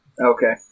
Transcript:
Okay